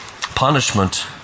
punishment